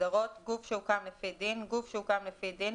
הגדרות "גוף שהוקם לפי דין" גוף שהוקם לפי דין,